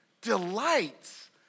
delights